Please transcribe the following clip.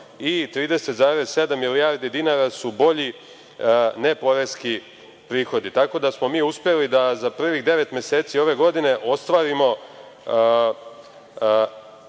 i 30,7 milijardi dinara su bolji neporeski prihodi. Tako da smo mi uspeli da za prvih devet meseci ove godine ostvarimo